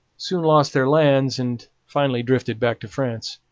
soon lost their lands, and finally drifted back to france.